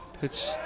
Pitch